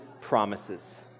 promises